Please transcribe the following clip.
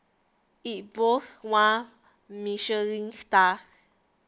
it boasts one Michelin star